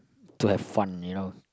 to have fun you know